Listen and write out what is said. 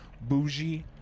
bougie